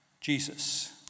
Jesus